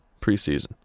preseason